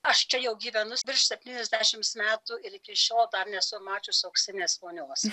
aš čia jau gyvenu virš septyniasdešimt metų ir iki šiol nesu mačiusi auksinės vonios